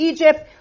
Egypt